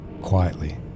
Quietly